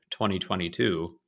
2022